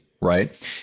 right